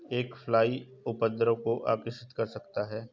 एक फ्लाई उपद्रव को आकर्षित कर सकता है?